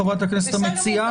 חברת הכנסת המציעה.